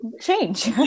change